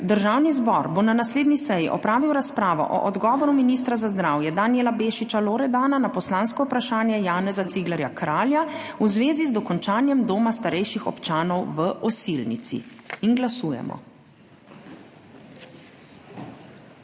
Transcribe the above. Državni zbor bo na naslednji seji opravil razpravo o odgovoru ministra za zdravje Danijela Bešiča Loredana na poslansko vprašanje Janeza Ciglerja Kralja v zvezi z dokončanjem doma starejših občanov v Osilnici. Glasujemo.